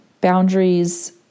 Boundaries